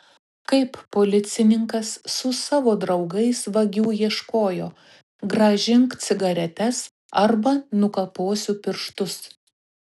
kaip policininkas su savo draugais vagių ieškojo grąžink cigaretes arba nukaposiu pirštus